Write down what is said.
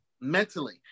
mentally